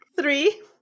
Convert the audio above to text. Three